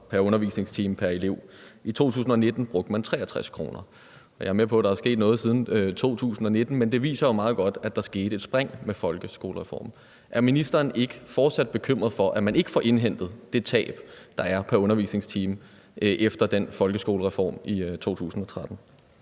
pr. undervisningstime pr. elev. I 2019 brugte man 63 kr. Jeg er med på, at der er sket noget siden 2019, men det viser jo meget godt, at der skete et spring med folkeskolereformen. Er ministeren ikke fortsat bekymret for, at man ikke får indhentet det tab, der er pr. undervisningstime efter den folkeskolereform i 2013?